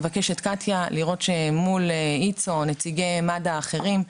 אני מבקשת לראות מול איצו או נציגי מד"א אחרים,